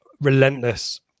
relentless